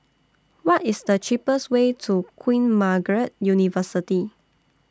What IS The cheapest Way to Queen Margaret University